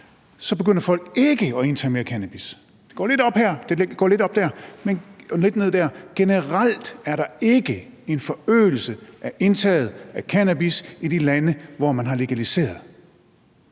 begynder at indtage mere cannabis. Det går lidt op her, det går lidt op der, og det går lidt ned der, men generelt er der ikke en forøgelse af indtaget af cannabis i de lande, hvor man har legaliseret